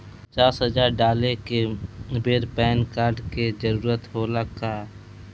पचास हजार डाले के बेर पैन कार्ड के जरूरत होला का?